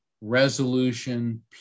resolution